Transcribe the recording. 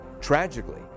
Tragically